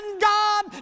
God